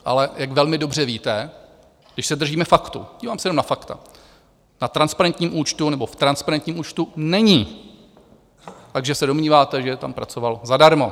Ale jak velmi dobře víte když se držíme faktů, dívám se jenom na fakta na transparentním účtu nebo v transparentním účtu není, takže se domníváte, že tam pracoval zadarmo.